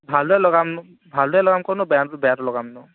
ভালটোৱে লগাম ভালটোৱে লগাম ক'তনো বেয়াটো লগামনো